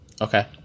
okay